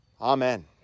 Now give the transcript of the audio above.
Amen